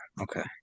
okay